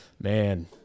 man